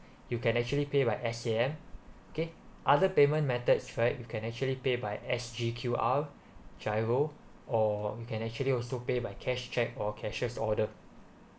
you can actually pay by S_A_M okay other payment methods right you can actually pay by S_G_Q_R giro or you can actually also pay by cash cheque or cashier's order